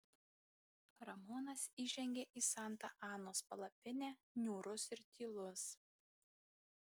ramonas įžengė į santa anos palapinę niūrus ir tylus